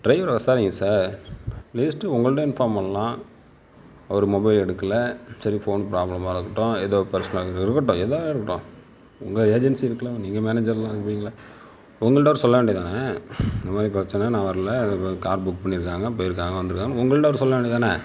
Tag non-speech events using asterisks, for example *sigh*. டிரைவரை விசாரிங்க sir least உங்கள்கிட்ட இன்ஃபார்ம் பண்ணலாம் அவர் மொபைல் எடுக்கலை சரி ஃபோன் ப்ராப்ளமாக இருக்கட்டும் ஏதோ பர்சனல் இது இருக்கட்டும் ஏதோ இருக்கட்டும் உங்கள் ஏஜென்சி இருக்குல்ல நீங்கள் மேனேஜர் *unintelligible* இருக்கீங்களே உங்கள்கிட்ட அவர் சொல்ல வேண்டிய தானே இதுமாதிரி பிரச்சனை நான் வரல *unintelligible* கார் புக் பண்ணி இருக்காங்க போயி இருக்காங்க வந்து இருக்காங்கன்னு உங்கள்கிட்ட அவர் சொல்ல வேண்டியது தானே